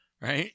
right